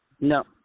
No